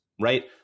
right